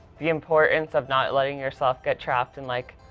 the importance of not letting yourself get trapped in, like,